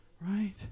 Right